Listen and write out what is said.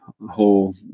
whole